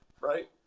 right